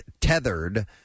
tethered